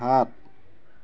সাত